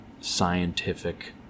scientific